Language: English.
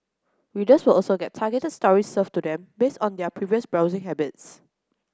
readers will also get targeted stories served to them based on their previous browsing habits